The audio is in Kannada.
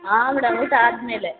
ಆಂ ಮೇಡಮ್ ಊಟ ಆದ ಮೇಲೆ